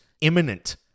imminent